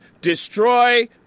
destroy